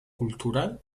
cultural